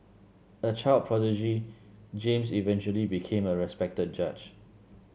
a child prodigy James eventually became a respected judge